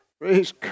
Praise